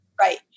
Right